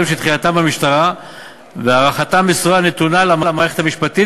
שתחילתם במשטרה והארכתם נתונה למערכת המשפטית,